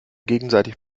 gegenseitig